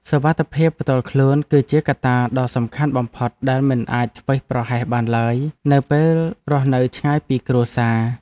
សុវត្ថិភាពផ្ទាល់ខ្លួនគឺជាកត្តាដ៏សំខាន់បំផុតដែលមិនអាចធ្វេសប្រហែសបានឡើយនៅពេលរស់នៅឆ្ងាយពីគ្រួសារ។